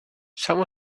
some